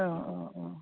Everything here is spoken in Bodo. औ औ औ